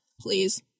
Please